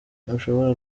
ntushobora